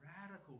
radical